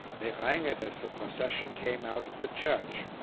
they rang it as the procession came out of the church.